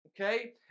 okay